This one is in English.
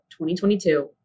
2022